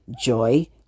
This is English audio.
joy